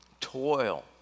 Toil